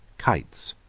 kites,